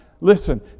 Listen